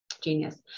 genius